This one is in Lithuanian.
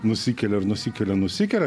nusikelia ir nusikelia nusikelia